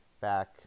back